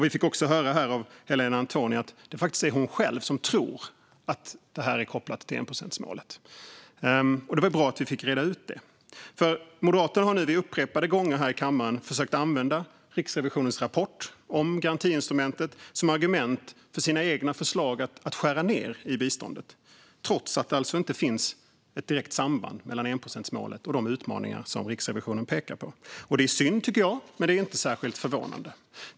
Vi fick också höra av Helena Antoni att det faktiskt är hon själv som tror att det här är kopplat till enprocentsmålet, och det var bra att vi fick reda ut detta. Moderaterna har nu upprepade gånger här i kammaren försökt att använda Riksrevisionens rapport om garantiinstrumentet som argument för sina egna förslag om att skära ned i biståndet, trots att det alltså inte finns ett direkt samband mellan enprocentsmålet och de utmaningar som Riksrevisionen pekar på. Det är synd, tycker jag, men det är inte särskilt förvånande.